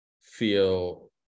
feel